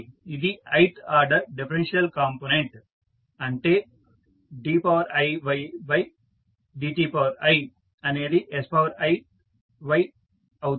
ఇది ith order differential component అంటే diydti అనేది siy అవుతుంది